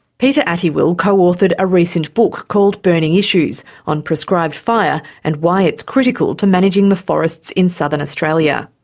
peter attiwill co-authored a recent book called burning issues on prescribed fire and why it is critical to managing the forests in southern australia.